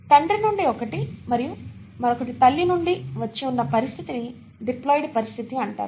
తండ్రి నుండి ఒకటి మరియు మరొకటి తల్లి నుండి వచ్చి ఉన్న పరిస్థితిని డిప్లాయిడ్ పరిస్థితి అంటారు